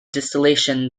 distillation